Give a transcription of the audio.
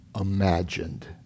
imagined